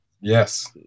Yes